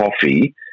coffee